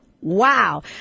Wow